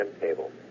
table